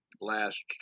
last